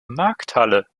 markthalle